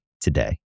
today